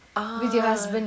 ah